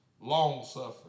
long-suffering